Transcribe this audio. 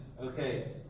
Okay